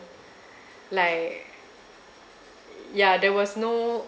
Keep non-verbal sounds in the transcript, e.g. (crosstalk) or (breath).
(breath) like ya there was no